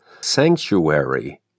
sanctuary